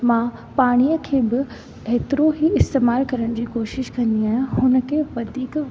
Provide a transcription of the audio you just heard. मां पाणीअ खे बि हेतिरो ई इस्तेमाल करण जी कोशिश कंदी आहियां हुन खे वधीक